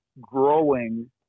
growing